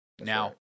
Now